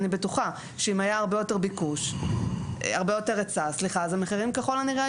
אני בטוחה שאם היה הרבה יותר היצע אז ככל הנראה,